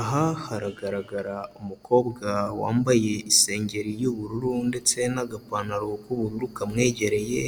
Aha haragaragara umukobwa wambaye isengeri y'ubururu ndetse n'agapantaro k'ubururu kamwegereye,